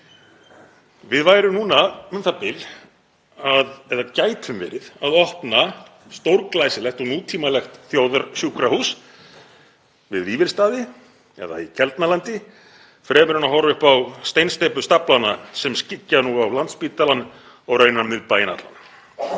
Við værum núna u.þ.b. eða gætum verið að opna stórglæsilegt og nútímalegt þjóðarsjúkrahús við Vífilsstaði eða í Keldnalandi fremur en að horfa upp á steinsteypustabbana sem skyggja á Landspítalann og raunar miðbæinn allan.